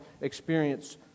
experience